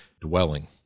dwelling